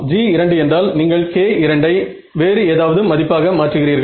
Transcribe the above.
G2 என்றால் நீங்கள் k2 ஐ வேறு ஏதாவது மதிப்பாக மாற்றுகிறீர்கள்